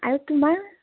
আৰু তোমাৰ